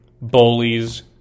bullies